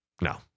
no